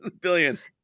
Billions